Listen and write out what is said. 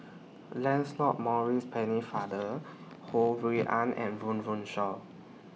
Lancelot Maurice Pennefather Ho Rui An and Run Run Shaw